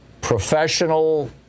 professional